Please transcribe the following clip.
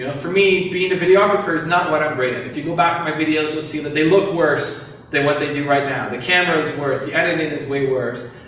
ah for me, being a videographer is not what i'm great at. if you go back to my videos, you'll see that they look worse than what they do right now. the camera's worse, the editing is way worse.